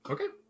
Okay